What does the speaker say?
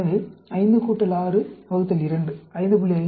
எனவே 5 6 இரண்டு 5